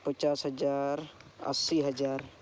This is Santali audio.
ᱯᱚᱪᱟᱥ ᱦᱟᱡᱟᱨ ᱟᱥᱤ ᱦᱟᱡᱟᱨ